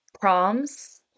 proms